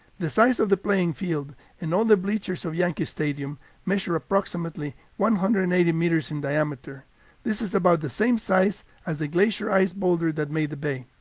the size of the playing field and all the bleachers of yankee stadium measure approximately one hundred and eighty meters in diameter this is about the same size as the glacier ice boulder that made the bay.